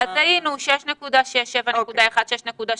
אז היינו: 6.6%, 7.1%, 6.7%,